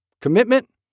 Commitment